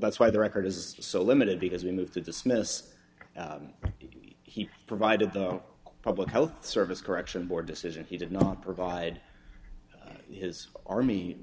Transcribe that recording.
that's why the record is so limited because we moved to dismiss he he provided the public health service correction board decision he did not provide his army